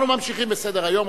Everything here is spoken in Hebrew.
אנחנו ממשיכים בסדר-היום,